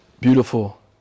beautiful